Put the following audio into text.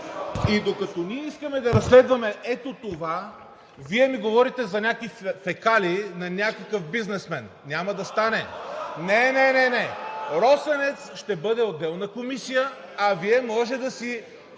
И докато ние искаме да разследваме ето това, Вие ми говорите за някакви фекалии на някакъв бизнесмен. Няма да стане! (Шум и реплики от ДПС.) Не, не, не! „Росенец“ ще бъде отделна комисия, а Вие може да си